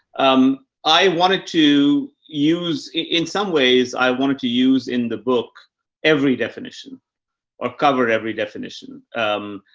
um, i wanted to use in some ways i wanted to use in the book every definition or cover every definition. um,